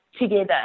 together